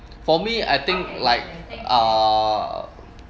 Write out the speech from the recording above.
for me I think like uh